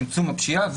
צמצום הפשיעה,